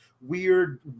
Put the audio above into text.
weird